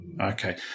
Okay